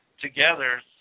together